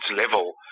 level